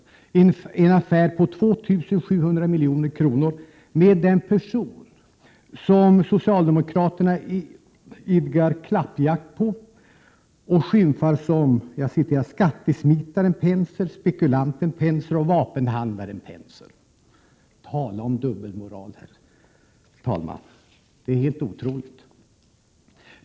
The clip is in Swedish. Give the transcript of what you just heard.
Det gäller en affär på 2 700 milj.kr. med en person som socialdemokraterna idkar klappjakt på och skymfar som ”skattesmitaren Penser, spekulanten Penser, vapenhandlaren Penser”. Tala om dubbelmoral, herr talman! Det är helt otroligt.